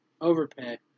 Overpay